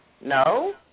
No